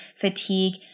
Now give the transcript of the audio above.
fatigue